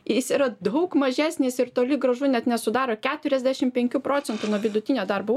jis yra daug mažesnės ir toli gražu net nesudaro keturiasdešim penkių procentų nuo vidutinio darbo